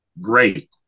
great